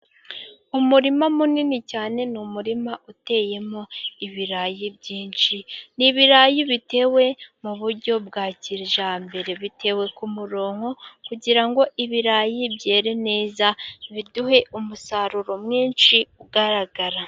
Umurima munini cyane, ni umurima uteyemo ibirayi byinshi. Ni ibirayi bitewe mu buryo bwa kijyambere. Bitewe ku murongo kugira ngo ibirayi byere neza, biduhe umusaruro mwinshi ugaragara.